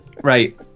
Right